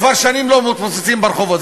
כבר שנים לא מתפוצצים ברחובות,